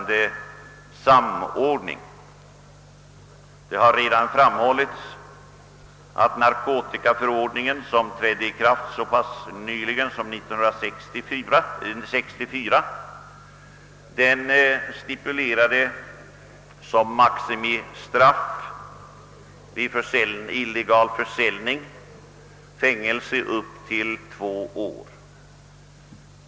Det har redan framhållits att narkotikaförordningen, som trädde i kraft så sent som 1964, som maximistraff för illegal försäljning av narkotika stipulerar fängelse i upp till två år.